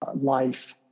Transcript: life